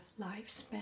lifespan